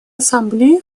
ассамблеей